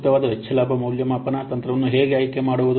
ಸೂಕ್ತವಾದ ವೆಚ್ಚ ಲಾಭದ ಮೌಲ್ಯಮಾಪನ ತಂತ್ರವನ್ನು ಹೇಗೆ ಆಯ್ಕೆ ಮಾಡುವುದು